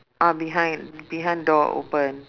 ah behind behind door open